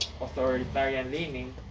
authoritarian-leaning